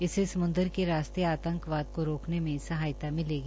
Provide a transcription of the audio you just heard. इससे समुद्र के रास्ते आतंकवाद को रोकने में सहायता मिलेगी